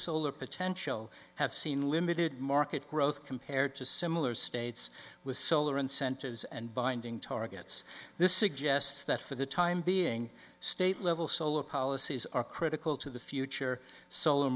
solar potential have seen limited market growth compared to similar states with solar incentives and binding targets this suggests that for the time being state level solar policies are critical to the future solar